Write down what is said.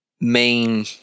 main